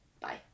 Bye